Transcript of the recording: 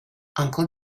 uncle